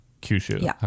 Kyushu